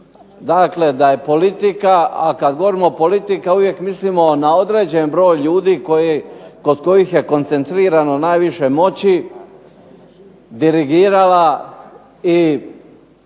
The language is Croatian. dakle, da je politike, a kada govorimo politika, uvijek mislimo na određeni broj ljudi kod kojih je koncentrirano na najviše moći dirigirala i